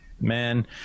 man